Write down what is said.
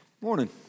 Morning